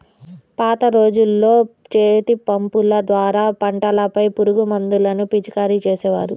పాత రోజుల్లో చేతిపంపుల ద్వారా పంటలపై పురుగుమందులను పిచికారీ చేసేవారు